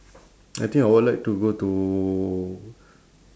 I think I would like to go to